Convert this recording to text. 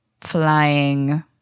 flying